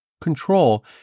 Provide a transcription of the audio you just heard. Control